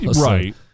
Right